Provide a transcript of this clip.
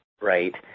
right